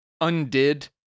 undid